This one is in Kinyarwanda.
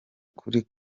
kuri